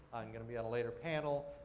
and gonna be on a later panel.